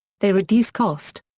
they reduce cost.